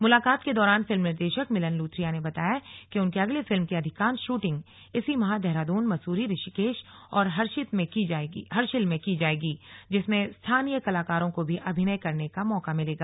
मुलाकात के दौरान फिल्म निर्देशक मिलन लुथ्रिया ने बताया कि उनकी अगली फिल्म की अधिकांश शूटिंग इसी माह देहरादून मसूरी ऋषिकेश और हर्षिल में की जायेगी जिसमें स्थानीय कलाकारों को भी अभिनय करने का मौका मिलेगा